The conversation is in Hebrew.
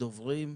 הדוברים,